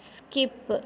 skip